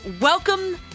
welcome